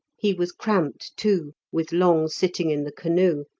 he was cramped, too, with long sitting in the canoe,